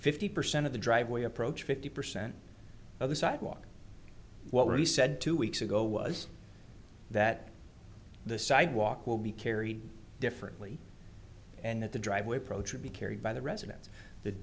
fifty percent of the driveway approach fifty percent of the sidewalk what we said two weeks ago was that the sidewalk will be carried differently and that the driveway approach would be carried by the resident